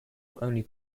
only